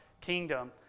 kingdom